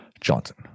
Johnson